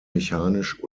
mechanisch